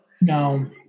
No